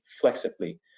flexibly